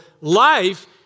life